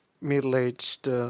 middle-aged